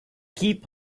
keep